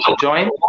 join